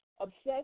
obsessed